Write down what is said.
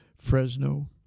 Fresno